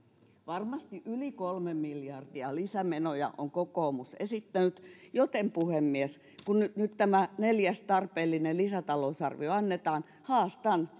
varmasti yli kolme miljardia lisämenoja on kokoomus esittänyt joten puhemies kun nyt tämä neljäs tarpeellinen lisätalousarvio annetaan haastan